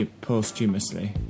posthumously